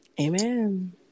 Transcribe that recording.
amen